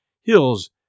hills